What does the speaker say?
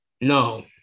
No